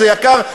זה יקר,